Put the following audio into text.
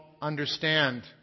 understand